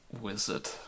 wizard